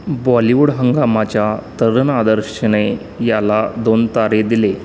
बॉलिवूड हंगामाच्या तरण आदर्शने याला दोन तारे दिले